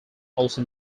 also